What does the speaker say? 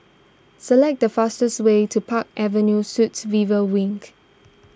select the fastest way to Park Avenue Suites River Wing